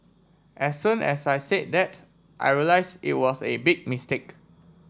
as soon as I said that's I realised it was a big mistake